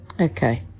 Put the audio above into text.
okay